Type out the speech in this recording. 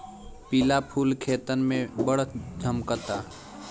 पिला फूल खेतन में बड़ झम्कता